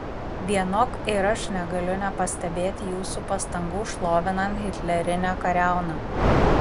vienok ir aš negaliu nepastebėti jūsų pastangų šlovinant hitlerinę kariauną